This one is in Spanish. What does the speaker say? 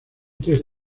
tres